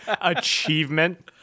achievement